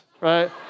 right